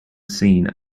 scene